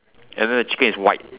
and then the chicken is white